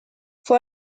fue